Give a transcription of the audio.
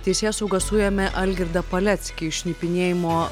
teisėsauga suėmė algirdą paleckį šnipinėjimo